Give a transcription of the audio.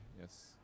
Yes